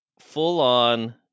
full-on